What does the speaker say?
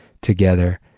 together